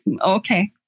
Okay